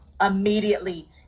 immediately